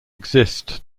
exist